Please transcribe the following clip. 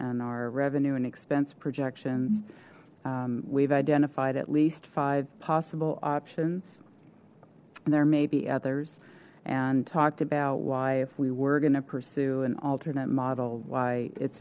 our revenue and expense projections we've identified at least five possible options there may be others and talked about why if we were going to pursue an alternate model why it's